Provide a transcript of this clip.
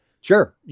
Sure